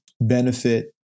benefit